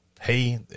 hey